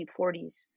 1940s